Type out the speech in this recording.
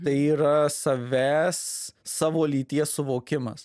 tai yra savęs savo lyties suvokimas